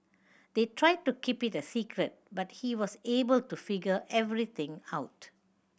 they tried to keep it a secret but he was able to figure everything out